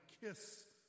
kiss